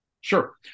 sure